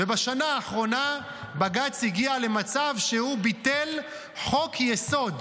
ובשנה האחרונה בג"ץ הגיע למצב שהוא ביטל חוק-יסוד,